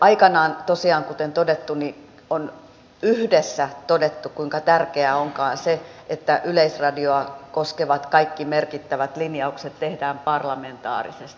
aikanaan tosiaan kuten todettu on yhdessä todettu kuinka tärkeää onkaan se että yleisradiota koskevat kaikki merkittävät linjaukset tehdään parlamentaarisesti